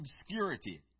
obscurity